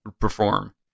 perform